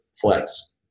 flex